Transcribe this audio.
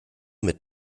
mit